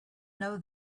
know